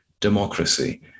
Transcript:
democracy